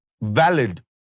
valid